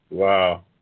Wow